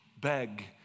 beg